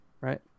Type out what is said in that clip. right